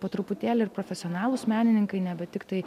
po truputėlį ir profesionalūs menininkai nebe tiktai